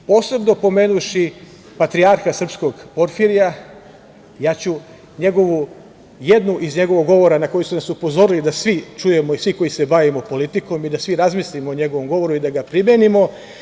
Posebno pomenuvši patrijarha srpskog Porfirija, ja ću njegovu jednu iz njegovog govora, na koju ste nas upozorili da svi čujemo i svi koji se bavimo politikom i da svi razmislimo o njegovom govoru i da ga primenimo.